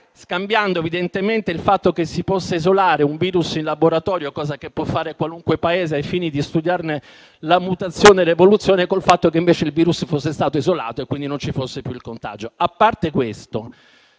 scambiando evidentemente il fatto che si possa isolare un virus in laboratorio - cosa che può fare qualunque Paese ai fini di studiarne la mutazione e l'evoluzione - col fatto che invece il virus fosse stato isolato e, quindi, non ci fosse più il contagio. A parte questo,